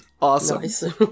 Awesome